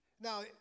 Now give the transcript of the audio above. Now